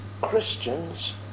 Christians